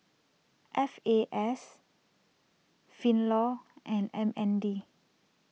F A S finlaw and M N D